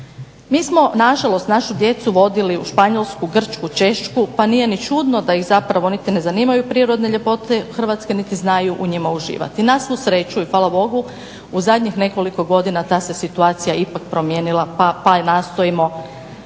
Mi smo na žalost našu djecu vodili u Španjolsku, Grčku, Češku pa nije ni čudno da ih niti zanimaju prirodne ljepote Hrvatske niti znaju u njima uživati. Na svu sreću i Hvala Bogu u zadnjih nekoliko godina ta se situacija ipak promijenila pa je nastojimo